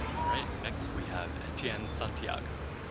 all right, next we have etienne santiago,